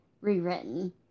rewritten